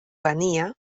venia